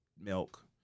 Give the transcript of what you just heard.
milk